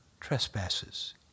trespasses